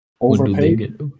Overpaid